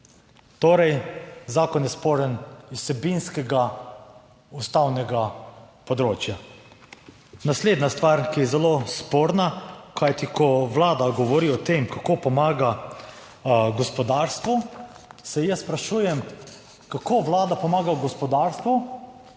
Torej, zakon je sporen z vsebinskega, ustavnega področja. Naslednja stvar, ki je zelo sporna, kajti ko Vlada govori o tem, kako pomaga gospodarstvu, se jaz sprašujem, kako Vlada pomaga gospodarstvu,